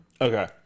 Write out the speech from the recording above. Okay